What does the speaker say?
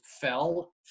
fell